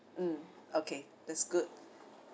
mm okay that's good